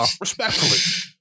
Respectfully